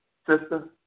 sister